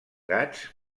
gats